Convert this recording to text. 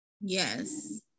Yes